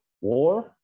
war